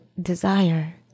desire